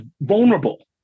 vulnerable